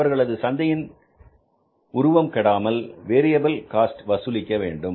அவர்களது சந்தையின் உருவம் கெடாமல் வேரியபில் காஸ்ட் வசூலிக்க வேண்டும்